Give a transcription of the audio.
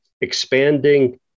expanding